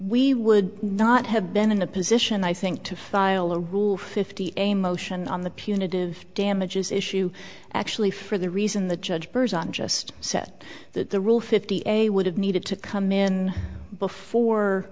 we would not have been in a position i think to file a rule fifty a motion on the punitive damages issue actually for the reason the judge burrs on just said that the rule fifty a would have needed to come in before